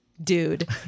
dude